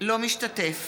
לא משתתף